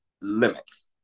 limits